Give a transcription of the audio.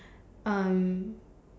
um